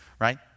right